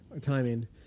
timing